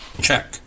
Check